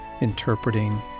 interpreting